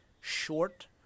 short